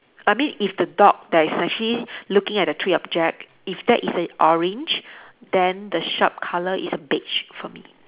I mean if the dog that is actually looking at the three object if that is a orange then the shop colour is a beige for me